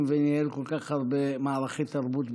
וניהל כל כך הרבה מערכי תרבות בישראל.